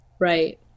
Right